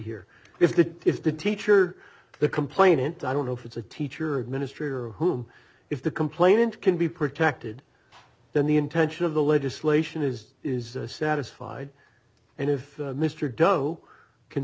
here if the if the teacher the complainant i don't know if it's a teacher administrator or whom if the complainant can be protected then the intention of the legislation is is satisfied and if mr doe can